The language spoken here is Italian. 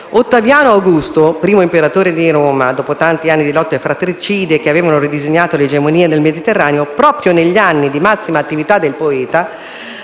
Ottaviano Augusto, primo imperatore di Roma, dopo tanti anni di lotte fratricide che avevano ridisegnato le egemonie nel Mediterraneo, proprio negli anni di massima attività del poeta,